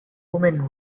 women